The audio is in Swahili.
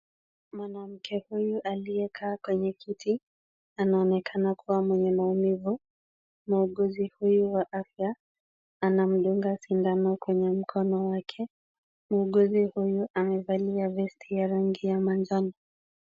Mwanamke huyu aliyekaa kwenye kiti anaonekana kuwa mwenye maumivu. Muuguzi huyu wa afya anamdunga sindano kwenye mkono wake. Muuguzi huyu amevalia vest ya rangi ya manjano.